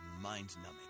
mind-numbing